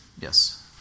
Yes